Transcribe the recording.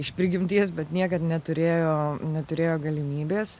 iš prigimties bet niekad neturėjo neturėjo galimybės